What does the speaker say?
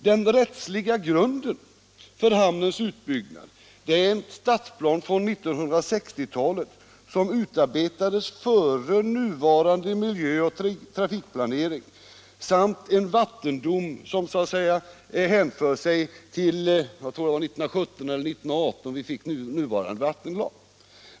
Den rättsliga grunden för hamnens utbyggnad är en stadsplan från 1960-talet som utarbetats före nuvarande miljö och trafikplanering samt en vattendom som så att säga hänför sig till 1917 eller 1918, då vi fick den nuvarande vattenlagen.